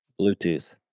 Bluetooth